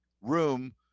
room